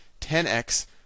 10x